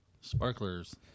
Sparklers